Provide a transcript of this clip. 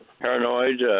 paranoid